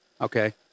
Okay